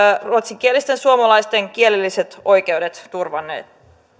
ruotsinkielisten suomalaisten kielelliset oikeudet turvannut